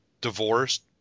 divorced